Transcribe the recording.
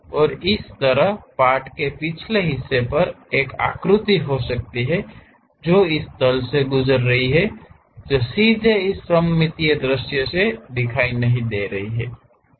और इसी तरह पार्ट के पिछले हिस्से पर एक आकृति हो सकती है जो इस तल से गुजर रही है जो सीधे इस सममितीय दृश्य से दिखाई नहीं दे रही है